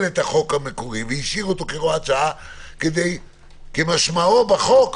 את החוק המקורי והשאיר אותו כהוראת שעה כמשמעו בחוק,